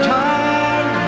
time